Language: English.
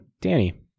Danny